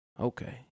Okay